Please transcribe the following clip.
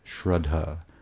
shraddha